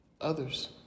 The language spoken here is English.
others